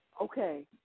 okay